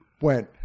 went